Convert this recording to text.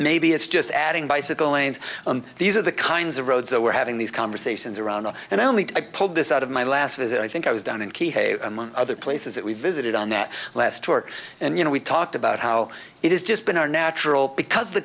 maybe it's just adding bicycle lanes and these are the kinds of roads that we're having these conversations around and only i pulled this out of my last visit i think i was down in key hay among other places that we visited on that last tour and you know we talked about how it is just been our natural because the